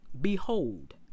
Behold